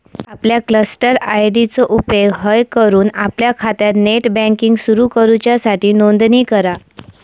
आपल्या cluster ID चो उपेग हय करून आपल्या खात्यात नेट बँकिंग सुरू करूच्यासाठी नोंदणी करा